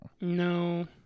No